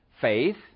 faith